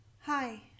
Hi